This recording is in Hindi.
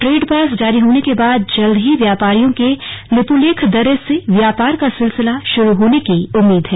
ट्रेडपास जारी होने के बाद जल्द ही व्यापारियों के लिपुलेख दर्रे से व्यापार का सिलसिला शुरू होने की उम्मीद है